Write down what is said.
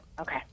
Okay